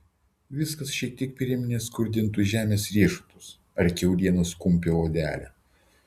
viskas šiek tiek priminė skrudintus žemės riešutus ar kiaulienos kumpio odelę